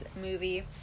movie